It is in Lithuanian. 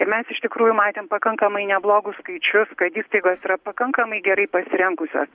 mes iš tikrųjų matėm pakankamai neblogus skaičius kad įstaigos yra pakankamai gerai pasirengusios